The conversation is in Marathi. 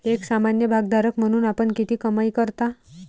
एक सामान्य भागधारक म्हणून आपण किती कमाई करता?